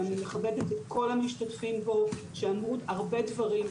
ואני מכבדת את כל המשתתפים בו שאמרו הרבה דברים,